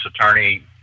attorney